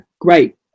great